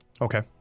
Okay